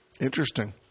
Interesting